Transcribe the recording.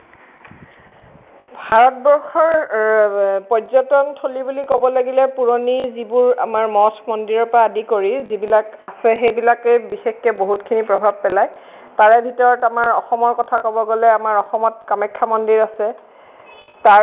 ভাৰতবৰ্ষৰ পৰ্যটনথলী বুলি ক'ব লাগিলে পুৰণি যিবোৰ আমাৰ মঠ মন্দিৰৰ পৰা আদি কৰি যিবিলাক আছে সেইবিলাকেই বিশেষকৈ বহুতখিনি প্ৰভাৱ পেলায় তাৰে ভিতৰত আমাৰ অসমৰ কথা ক'ব গ'লে আমাৰ অসমত কামাখ্যা মন্দিৰ আছে